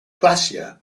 glacier